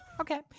Okay